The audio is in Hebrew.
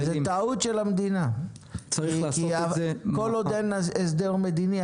--- זו טעות של המדינה כי כל עוד אין הסדר מדיני,